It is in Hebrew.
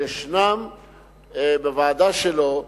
שיש בוועדה שלו,